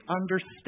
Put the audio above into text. understand